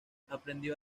aprendió